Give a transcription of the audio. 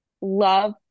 love